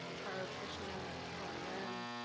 charu krishnan, han lim,